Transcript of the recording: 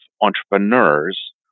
entrepreneurs